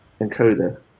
encoder